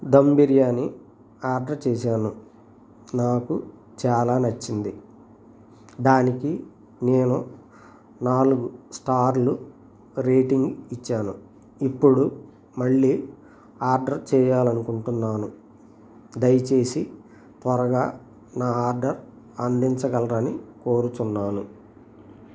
dum biryani order చేసాను నాకు చాలా నచ్చింది దానికి నేను నాలుగు స్టార్లు రేటింగ్ ఇచ్చాను ఇప్పుడు మళ్ళీ ఆర్డర్ చెయ్యాలనుకుంటున్నాను దయచేసి త్వరగా నా ఆర్డర్ అందించగలరని కోరుతున్నాను